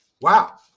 Wow